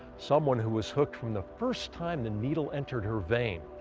someone who was hooked from the first time the needle entered her vein.